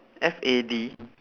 F A D